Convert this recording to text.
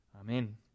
Amen